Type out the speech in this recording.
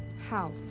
how?